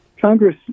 Congress